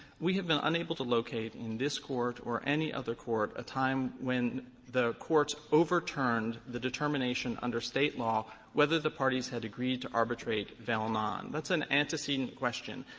we have been unable to locate in this court or any other court a time when the courts overturned the determination under state law whether the parties had agreed to arbitrate vel non. that's an antecedent question.